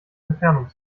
entfernung